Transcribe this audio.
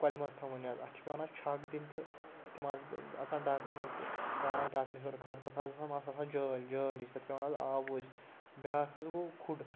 کۄلہِ منٛز تھاوٕنۍ حظ اَتھ چھِ پٮ۪وان حظ چھَکھ دِنۍ تہٕ تِم حظ اژان ڈاکٕرِ منٛز تہٕ پٮ۪وان حظ ڈاکرِ ہیوٚر کھال تَتھ حظ آسان منٛزَس آسان جٲلۍ جٲلۍ ہِش تَتھ پٮ۪وان حظ آب ؤسۍ بیٛاکھ حظ گوٚو کھُڑ